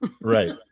Right